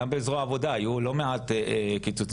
גם בזרוע העבודה היו לא מעט קיצוצים.